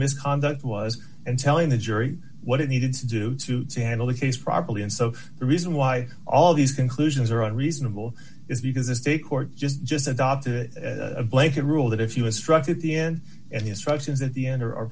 misconduct was and telling the jury what it needed to do to to handle the case properly and so the reason why all these conclusions are unreasonable is because the state court just just adopted a blanket rule that if you instruct at the end of the instructions that the enter or